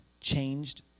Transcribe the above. changed